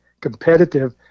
competitive